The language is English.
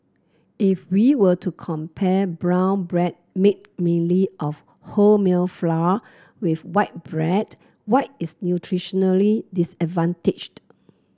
if we were to compare brown bread made mainly of wholemeal flour with white bread white is nutritionally disadvantaged